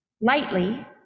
Lightly